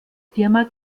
firma